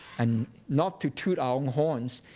and not to toot our own horns,